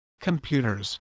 computers